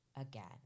again